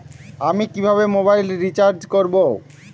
আমি কিভাবে mobile recharge করব?